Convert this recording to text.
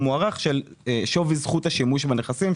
מוערך של שווי זכות השימוש בנכסים.